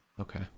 okay